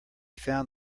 found